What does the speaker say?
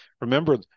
Remember